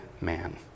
man